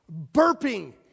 burping